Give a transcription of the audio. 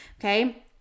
Okay